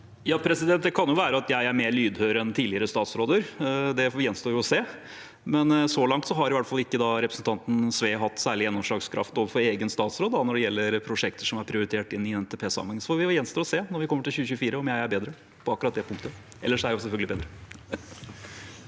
Det kan jo være at jeg er mer lydhør enn tidligere statsråder. Det gjenstår å se. Så langt har i hvert fall ikke representanten Sve hatt særlig gjennomslagskraft overfor egen statsråd når det gjelder prosjekter som er prioritert inn i NTP-sammenheng. Det gjenstår å se, når vi kommer til 2024, om jeg er bedre på akkurat det punktet – for ellers er jeg selvfølgelig bedre!